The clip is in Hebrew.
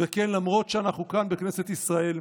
וכן, למרות שאנחנו כאן בכנסת ישראל,